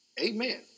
Amen